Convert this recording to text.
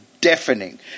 deafening